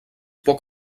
poc